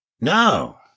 No